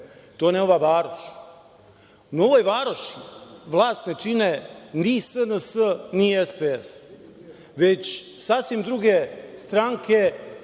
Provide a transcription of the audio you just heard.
to je Nova Varoš. U Novoj Varoši vlast ne čine ni SNS ni SPS, već sasvim druge stranke